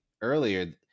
earlier